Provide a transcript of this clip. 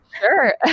sure